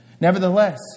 Nevertheless